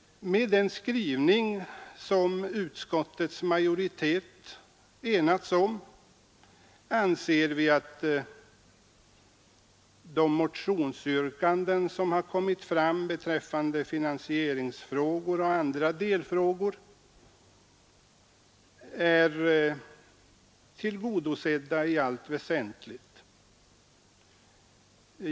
Med den skrivning som utskottsmajoriteten enats om anser vi att motionsyrkandena beträffande finansieringsfrågor och andra delfrågor är tillgodosedda i allt väsentligt.